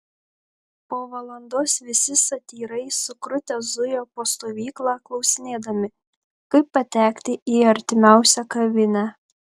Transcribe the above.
po valandos visi satyrai sukrutę zujo po stovyklą klausinėdami kaip patekti į artimiausią kavinę